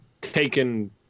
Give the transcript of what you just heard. taken